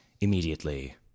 immediately